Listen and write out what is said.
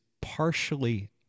partially